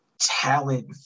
talent